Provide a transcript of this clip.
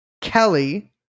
Kelly